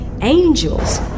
angels